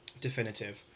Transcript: Definitive